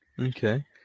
Okay